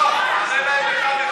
יואב, תענה להם אחד-אחד.